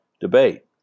debate